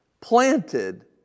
Planted